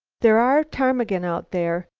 there are ptarmigan out there.